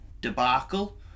debacle